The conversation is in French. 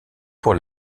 pour